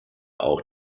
auch